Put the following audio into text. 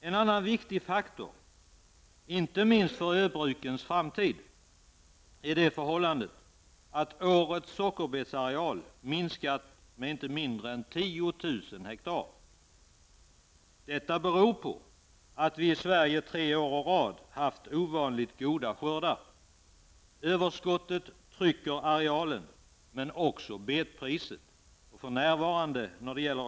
En annan viktig faktor, inte minst för öbrukens framtid, är det förhållandet att årets sockerbetsareal har minskat med inte mindre än 10 000 hektar. Detta beror på att vi i Sverige tre år i rad har haft ovanligt goda skördar. Överskottet trycker arealen, men också betpriset.